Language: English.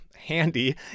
handy